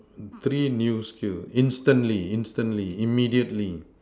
three new skills instantly instantly immediately